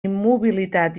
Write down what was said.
immobilitat